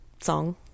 song